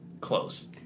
Close